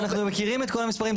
אנחנו מכירים את כל המספרים.